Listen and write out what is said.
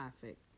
perfect